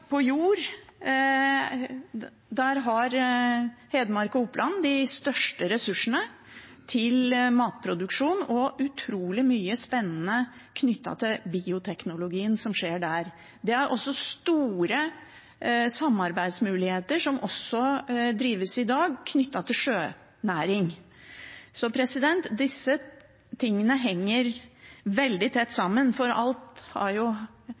har Hedmark og Oppland de største ressursene til matproduksjon, og det er utrolig mye spennende som skjer knyttet til bioteknologi der. Det er også store samarbeidsmuligheter – som også utnyttes i dag – knyttet til sjønæringene. Disse tingene henger veldig tett sammen, for alt